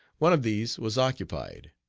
one of these was occupied.